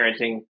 parenting